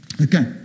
okay